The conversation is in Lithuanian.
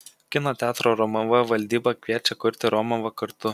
kino teatro romuva valdyba kviečia kurti romuvą kartu